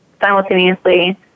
simultaneously